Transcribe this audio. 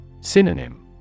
Synonym